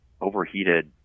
overheated